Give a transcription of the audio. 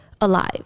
alive